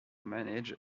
manages